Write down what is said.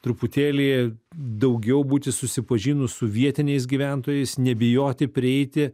truputėlį daugiau būti susipažinus su vietiniais gyventojais nebijoti prieiti